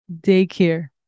Daycare